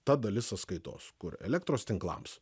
ta dalis sąskaitos kur elektros tinklams